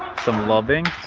some lobbing?